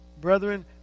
Brethren